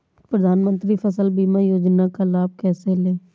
प्रधानमंत्री फसल बीमा योजना का लाभ कैसे लें?